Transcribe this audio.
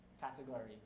category